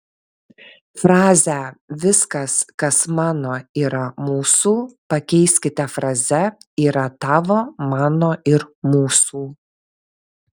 frazę viskas kas mano yra mūsų pakeiskite fraze yra tavo mano ir mūsų